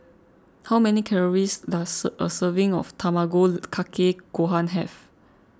how many calories does a serving of Tamago Kake Gohan have